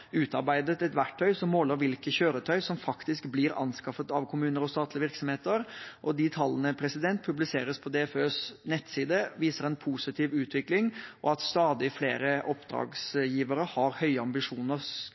utarbeidet et verktøy som måler hvilke kjøretøy som faktisk blir anskaffet av kommuner og statlige virksomheter. De tallene publiseres på DFØs nettside og viser en positiv utvikling, og at stadig flere